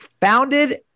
founded